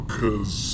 cause